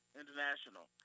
international